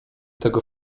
tego